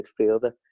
midfielder